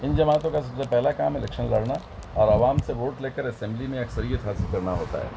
ان جماعتوں کا سب سے پہلا کام الیکشن لڑنا اور عوام سے ووٹ لے کر اسمبلی میں اکثریت حاصل کرنا ہوتا ہے